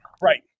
right